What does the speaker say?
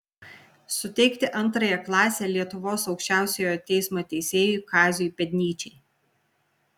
suteikti antrąją klasę lietuvos aukščiausiojo teismo teisėjui kaziui pėdnyčiai